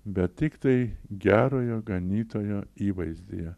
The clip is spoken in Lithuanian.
bet tiktai gerojo ganytojo įvaizdyje